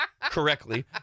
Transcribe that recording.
correctly